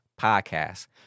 podcast